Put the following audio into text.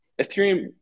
Ethereum